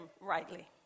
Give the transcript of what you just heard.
rightly